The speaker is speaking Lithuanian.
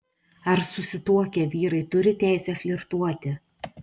ar susituokę vyrai turi teisę flirtuoti